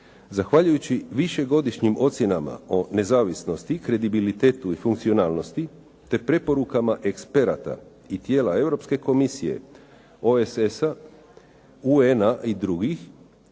Zahvaljujući višegodišnjim ocjenama o nezavisnosti i kredibilitetu i funkcionalnosti te preporukama eksperata i tijela Europske komisije OESS-a, UN-a i drugih,